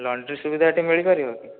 laundry ସୁବିଧା ଏହିଠି ମିଳିପାରିବ କି